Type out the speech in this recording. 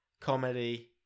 Comedy